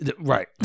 Right